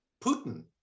Putin